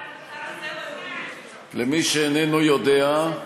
למי שאיננו יודע,